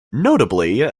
notably